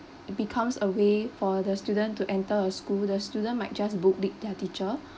becomes a way for the student to enter a school the student might just book lick their teacher